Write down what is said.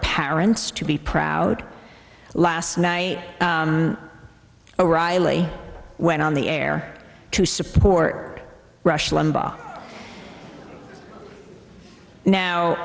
parents to be proud last night o'reilly went on the air to support rush limbaugh now